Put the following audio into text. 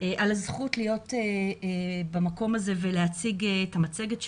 על הזכות להיות במקום הזה ולהציג את המצגת שלנו.